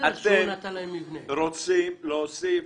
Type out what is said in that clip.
אתם רוצים להוסיף?